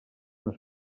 les